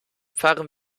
fahren